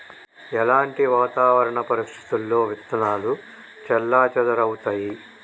ఎలాంటి వాతావరణ పరిస్థితుల్లో విత్తనాలు చెల్లాచెదరవుతయీ?